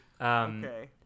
Okay